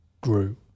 grew